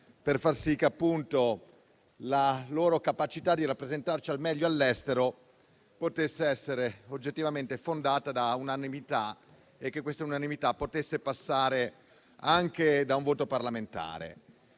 per far sì che la loro capacità di rappresentarci al meglio all'estero potesse essere oggettivamente fondata su una unanimità espressa anche da un voto parlamentare.